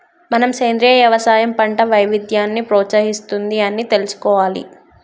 మనం సెంద్రీయ యవసాయం పంట వైవిధ్యాన్ని ప్రోత్సహిస్తుంది అని తెలుసుకోవాలి